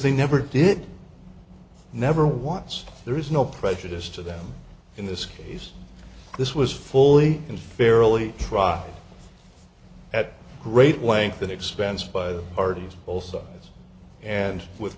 they never did never once there is no prejudice to them in this case this was fully and fairly trial at great length and expense by the parties also and with